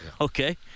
okay